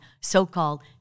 so-called